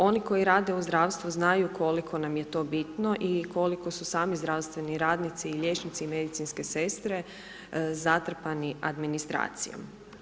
Oni koji rade u zdravstvu, znaju koliko nam je to bitno i koliko su sami zdravstveni radnici i liječnici i medicinske sestre zatrpani administracijom.